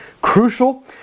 crucial